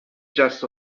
جست